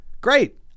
great